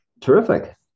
terrific